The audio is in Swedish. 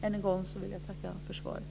Än en gång vill jag tacka för svaret.